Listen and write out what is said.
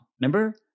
Remember